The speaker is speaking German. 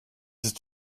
ist